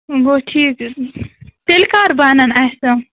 گوٚو ٹھیٖک تیٚلہِ تیٚلہِ کر بَنَن اَسہِ یِم